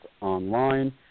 online